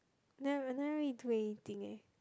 never I never really do anything eh